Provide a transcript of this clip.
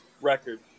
record